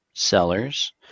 Sellers